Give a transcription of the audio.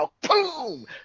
boom